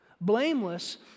Blameless